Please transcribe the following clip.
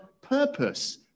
purpose